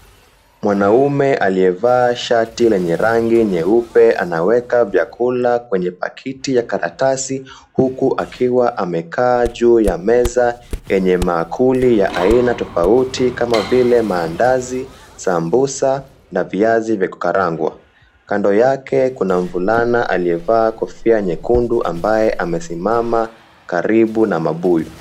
Mwanaume aliyevaa shati lenye rangi nyeupe anaweka vyakula kwenye pakiti ya karatasi huku akiwa amekaa juu ya meza yenye maankuli ya aina tofauti kama vile; maandazi, sambusa, na viazi vya kukarangwa. Kando yake kuna mvulana aliyevaa kofia nyekundu ambaye amesimama karibu na mabuyu.